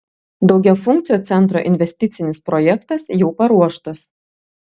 daugiafunkcio centro investicinis projektas jau paruoštas